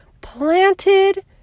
planted